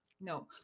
No